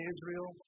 Israel